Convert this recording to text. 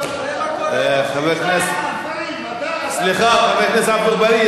חבר הכנסת עפו אגבאריה,